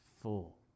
full